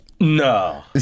No